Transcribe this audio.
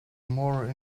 more